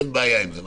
אין בעיה עם זה.